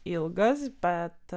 ilgas bet